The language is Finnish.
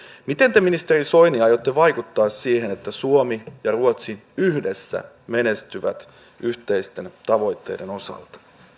miten te ministeri soini aiotte vaikuttaa siihen että suomi ja ruotsi yhdessä menestyvät yhteisten tavoitteiden osalta